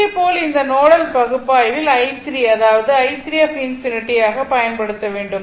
இதேபோல் இந்த நோடல் பகுப்பாய்வில் i 3 இதை i 3 ∞ ஆக பயன்படுத்த வேண்டும்